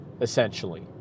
essentially